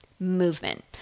movement